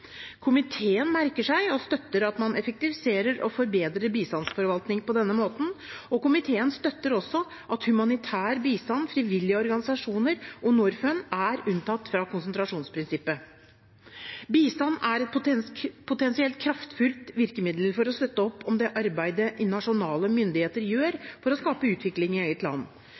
Komiteen merker seg – og støtter – at man effektiviserer og forbedrer bistandsforvaltningen på denne måten. Komiteen støtter også at humanitær bistand, frivillige organisasjoner og Norfund er unntatt fra konsentrasjonsprinsippet. Bistand er potensielt et kraftfullt virkemiddel for å støtte opp om det arbeidet nasjonale myndigheter gjør for å skape utvikling i eget land.